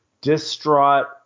distraught